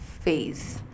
phase